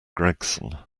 gregson